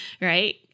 Right